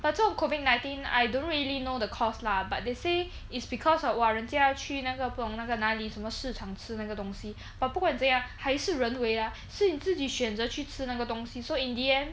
but 这种 COVID nineteen I don't really know the cause lah but they say it's because of !wah! 人家要去那个不懂那个哪里什么市场吃那个东西 but 不管怎样还是人为 ah 是你自己选择去吃那个东西 so in the end